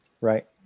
Right